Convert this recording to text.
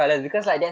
a'ah